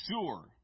sure